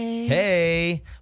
Hey